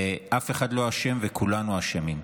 אף אחד לא אשם, וכולנו אשמים.